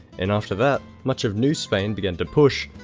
and after that much of new spain began to push,